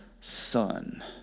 son